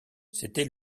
c’était